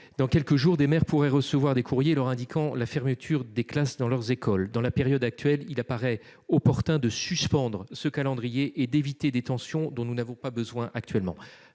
dans quelques jours, des maires pourraient recevoir des courriers leur indiquant la fermeture de classes dans leurs écoles. Dans la période actuelle, il apparaît opportun de suspendre ce calendrier et d'éviter des tensions supplémentaires dont nous n'avons pas besoin. Par ailleurs,